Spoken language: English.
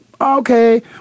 Okay